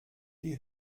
die